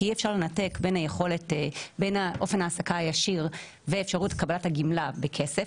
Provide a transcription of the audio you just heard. כי אי אפשר לנתק בין אופן ההעסקה הישיר ואפשרות קבלת גמלת הסיעוד בכסף,